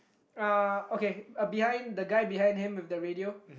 uh okay uh behind the guy behind him with the radio